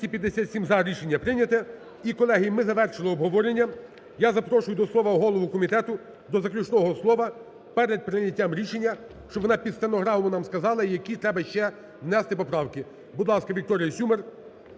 11:46:21 За-257 І, колеги, ми завершили обговорення. Я запрошую до слова голову комітету, до заключного слова перед прийняттям рішення, щоб вона під стенограму нам сказала, які треба ще внести поправки. Будь ласка, Вікторія Сюмар.